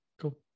Cool